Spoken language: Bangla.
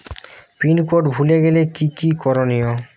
পিন কোড ভুলে গেলে কি কি করনিয়?